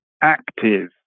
active